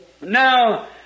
Now